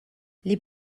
les